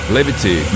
Liberty